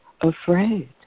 afraid